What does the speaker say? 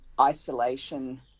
isolation